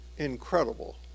incredible